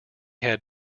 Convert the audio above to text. had